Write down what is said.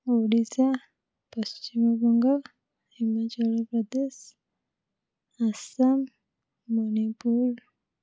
Odisha Paschim Banga Himachal Pradesh Assam Manipur